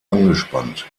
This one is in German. angespannt